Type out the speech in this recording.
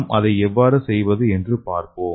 நாம் அதை எவ்வாறு செய்வது என்று பார்ப்போம்